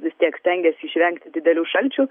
vis tiek stengiasi išvengti didelių šalčių